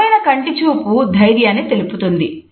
స్థిరమైన కంటి చూపు ధైర్యాన్ని తెలుపుతుంది